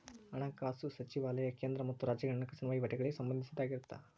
ಹಣಕಾಸು ಸಚಿವಾಲಯ ಕೇಂದ್ರ ಮತ್ತ ರಾಜ್ಯಗಳ ಹಣಕಾಸಿನ ವಹಿವಾಟಗಳಿಗೆ ಸಂಬಂಧಿಸಿದ್ದಾಗಿರತ್ತ